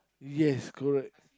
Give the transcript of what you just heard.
yes correct